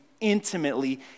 intimately